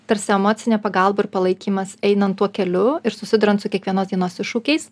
tarsi emocinė pagalba ir palaikymas einan tuo keliu ir susiduriant su kiekvienos dienos iššūkiais